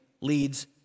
leads